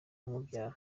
umubyara